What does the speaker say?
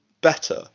better